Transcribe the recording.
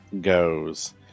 goes